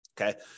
Okay